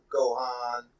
Gohan